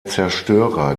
zerstörer